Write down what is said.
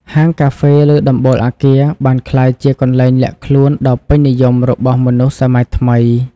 ហាងកាហ្វេលើដំបូលអគារ បានក្លាយជាកន្លែងលាក់ខ្លួនដ៏ពេញនិយមរបស់មនស្សសម័យថ្មី។